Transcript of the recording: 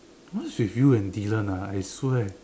what's with you and Dylan ah I swear